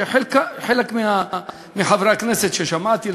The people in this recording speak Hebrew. שחלק מחברי הכנסת ששמעתי,